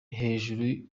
hejuru